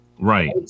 right